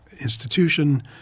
institution